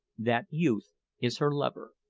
that youth is her lover.